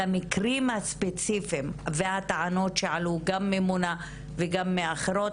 על המקרים הספציפיים והטענות שעלו גם ממונא וגם מאחרות,